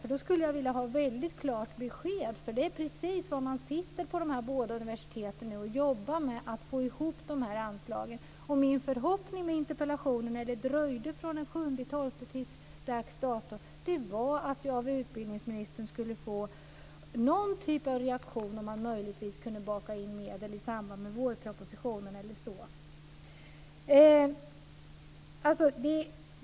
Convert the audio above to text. I så fall skulle jag vilja ha ett väldigt klart besked om det, för vad man vid de båda universiteten just jobbar med nu är att få ihop de här anslagen. Min förhoppning med interpellationen, när det dröjde från den 7 december till dags dato, var att utbildningsministern skulle ge någon typ av besked om ifall man möjligtvis kunde baka in medel i samband med vårpropositionen.